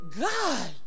God